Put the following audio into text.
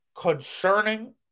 concerning